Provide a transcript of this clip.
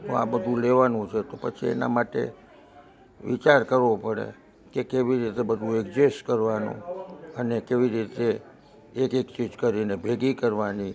તો આ બધુ લેવાનું છે તો પછી એના માટે વિચાર કરવો પડે કે કેવી રીતે બધું એડકઝેસ કરવાનું અને કેવી રીતે એક એક ચીજ કરીને ભેગી કરવાની